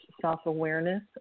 self-awareness